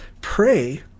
Pray